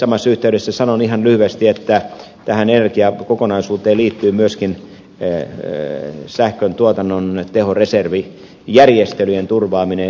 samassa yhteydessä sanon ihan lyhyesti että tähän energiakokonaisuuteen liittyy myöskin sähköntuotannon tehoreservijärjestelyjen turvaaminen